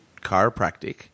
chiropractic